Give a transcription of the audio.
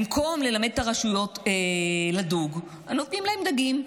במקום ללמד את הרשויות לדוג, נותנים להן דגים.